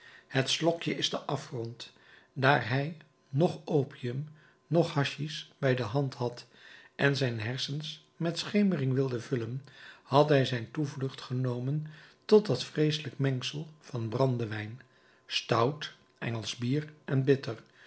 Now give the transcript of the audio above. het slokje is de afgrond daar hij noch opium noch haschich bij de hand had en zijn hersens met schemering wilde vullen had hij zijn toevlucht genomen tot dat vreeselijk mengsel van brandewijn stout engelsch bier en bitter